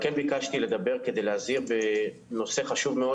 כן ביקשתי לדבר כדי להזהיר בנושא חשוב מאוד